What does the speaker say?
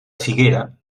figuera